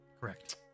Correct